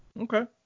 Okay